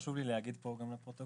חשוב לי להגיד פה גם לפרוטוקול: